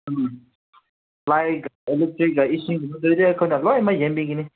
ꯎꯝ light ꯑꯦꯂꯦꯛꯇ꯭ꯔꯤꯛꯀ ꯏꯁꯤꯡꯒꯒꯩꯗꯤ ꯑꯩꯈꯣꯏꯅ ꯂꯣꯏꯅꯃꯛ ꯌꯦꯡꯕꯤꯒꯅꯤ